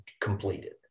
completed